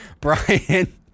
Brian